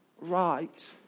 right